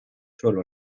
suelo